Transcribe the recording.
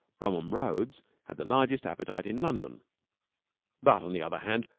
bromham rhodes had the largest appetite in london but, on the other hand,